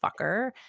fucker